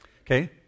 Okay